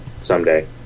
someday